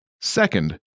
Second